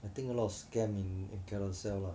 I think a lot of scam in Carousell lah